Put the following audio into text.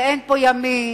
ואין פה ימין,